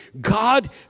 God